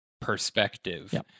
perspective